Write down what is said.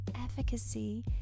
efficacy